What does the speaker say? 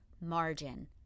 margin